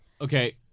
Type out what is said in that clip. Okay